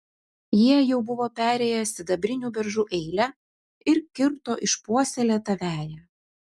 jie jau buvo perėję sidabrinių beržų eilę ir kirto išpuoselėtą veją